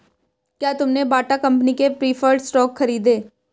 क्या तुमने Bata company के प्रिफर्ड स्टॉक खरीदे?